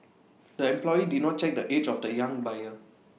the employee did not check the age of the young buyer